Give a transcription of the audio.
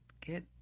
Get